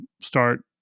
start